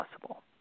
possible